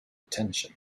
attention